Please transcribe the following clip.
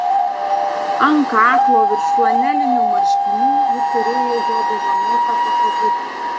ant kaklo virš flanelinių marškinių ji turėjo jo dovanotą pakabutį